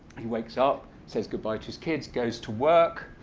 he wakes up, says goodbye to his kids, goes to work,